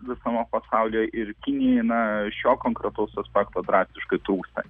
visame pasaulyje ir kinijai na šio konkretaus aspekto drastiškai trūksta